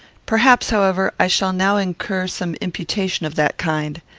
perhaps, however, i shall now incur some imputation of that kind.